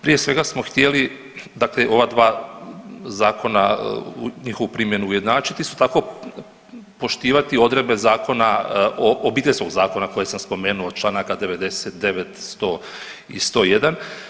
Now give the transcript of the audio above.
Prije svega smo htjeli dakle ova 2 zakona, njihovu primjenu ujednačiti, isto tako, poštivati odredbe zakona o, Obiteljskog zakona koji sam spomenuo, čl. 99, 100 i 101.